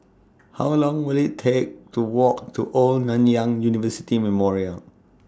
How Long Will IT Take to Walk to Old Nanyang University Memorial